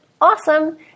awesome